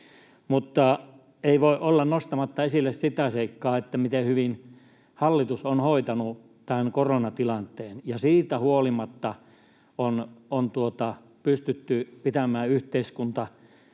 Mutta ei voi olla nostamatta esille sitä seikkaa, miten hyvin hallitus on hoitanut tämän koronatilanteen ja siitä huolimatta on pystytty pitämään yhteiskunta